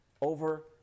over